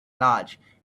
large